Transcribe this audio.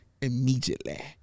immediately